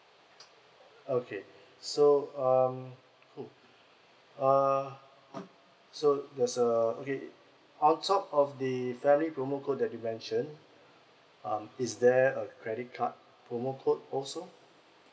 okay so um oh uh so there's a okay on top of the family promo code that you mention um is there a credit card promo code also